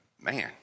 man